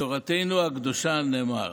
בתורתנו הקדושה נאמר